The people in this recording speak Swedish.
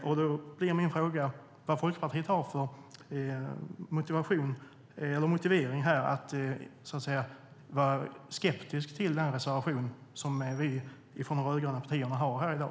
Vad har Folkpartiet för motivering att vara skeptisk till den reservation som vi från de rödgröna partierna har i dag?